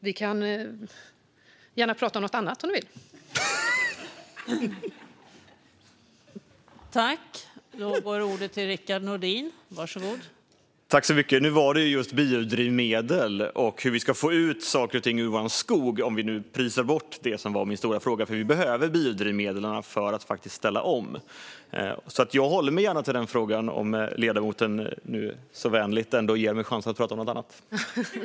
Vi kan gärna prata om något annat, om Rickard Nordin vill det.